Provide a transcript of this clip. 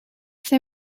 zij